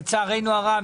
לצערנו הרב,